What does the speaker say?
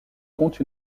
compte